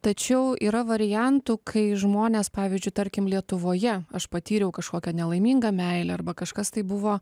tačiau yra variantų kai žmonės pavyzdžiui tarkim lietuvoje aš patyriau kažkokią nelaimingą meilę arba kažkas tai buvo